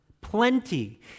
plenty